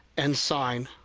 and sign,